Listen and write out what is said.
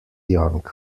young